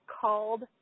called